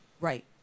Right